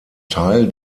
teil